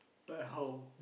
but how